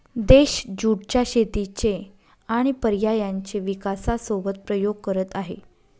देश ज्युट च्या शेतीचे आणि पर्यायांचे विकासासोबत प्रयोग करत आहे